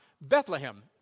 Bethlehem